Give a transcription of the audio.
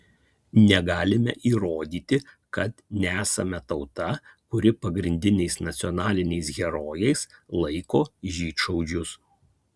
negalime įrodyti kad nesame tauta kuri pagrindiniais nacionaliniais herojais laiko žydšaudžius